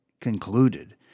concluded